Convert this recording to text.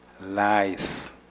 lies